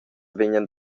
vegnan